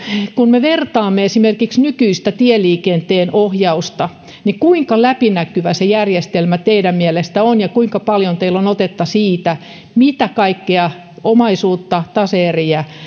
kun me vertaamme esimerkiksi nykyistä tieliikenteen ohjausta niin kuinka läpinäkyvä se järjestelmä teidän mielestänne on ja kuinka paljon teillä on otetta siitä mitä kaikkea omaisuutta tase eriä